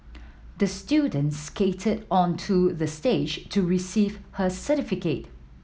the student skated onto the stage to receive her certificate